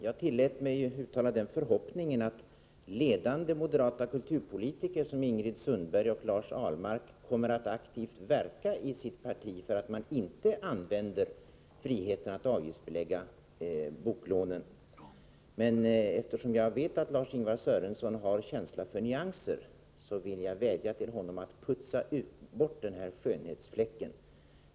Jag tillät mig uttala den förhoppningen att ledande moderata kulturpolitiker som Ingrid Sundberg och Lars Ahlmark kommer att aktivt verka i sitt parti för att man inte skall använda sig av friheten att avgiftsbelägga boklånen. Eftersom jag vet att Lars-Ingvar Sörenson har känsla för nyanser, vill jag vädja till honom att putsa bort den där skönhetsfläcken.